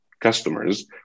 customers